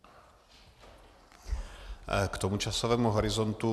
K tomu časovému horizontu.